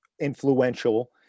influential